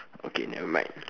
okay nevermind